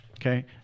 Okay